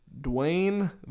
Dwayne